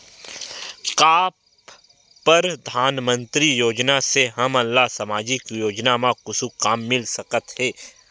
का परधानमंतरी योजना से हमन ला सामजिक योजना मा कुछु काम मिल सकत हे?